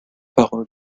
parole